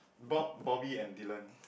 Bob Bobby and Dillon